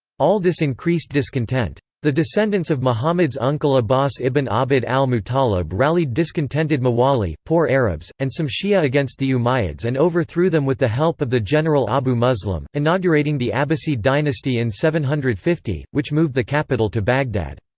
all this increased discontent. the descendants of muhammad's uncle abbas ibn ah abd al-muttalib rallied discontented mawali, poor arabs, and some shi'a against the umayyads and overthrew them with the help of the general abu muslim, inaugurating the abbasid dynasty in seven hundred and fifty, which moved the capital to baghdad.